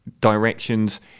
directions